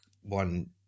one